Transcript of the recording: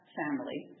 family